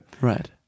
Right